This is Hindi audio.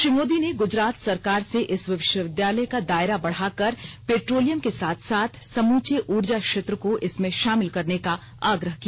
श्री मोदी ने गुजरात सरकार से इस विश्वविद्यालय का दायरा बढाकर पेट्रोलियम के साथ साथ समूचे ऊर्जा क्षेत्र को इसमें शामिल करने का आग्रह किया